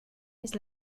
his